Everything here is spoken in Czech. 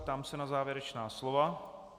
Ptám se na závěrečná slova.